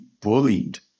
bullied